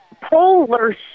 polar